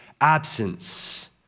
absence